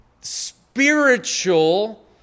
spiritual